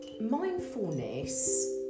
Mindfulness